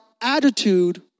attitude